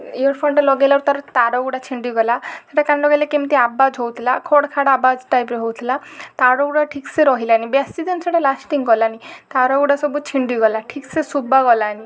ଇଅର୍ଫୋନ୍ଟା ଲଗାଇଲାରୁ ତା'ର ତାର ଗୁଡ଼ା ଛିଣ୍ଡିଗଲା ସେଇଟା କାନରେ ଲଗାଇଲେ କେମିତି ଆବାଜ୍ ହଉଥିଲା ଖଡ଼୍ ଖାଡ଼୍ ଆବାଜ୍ ଟାଇପ୍ର ହଉଥିଲା ତାର ଗୁଡ଼ାକ ଠିକ୍ ସେ ରହିଲାନି ବେଶୀ ଦିନ ସେଡ଼ା ଲାଷ୍ଟିଂ କଲାନି ତାର ଗୁଡ଼ା ସବୁ ଛିଣ୍ଡି ଗଲା ଠିକ୍ ସେ ଶୁଭା ଗଲାନି